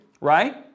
right